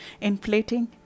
inflating